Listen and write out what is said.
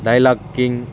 dialogue king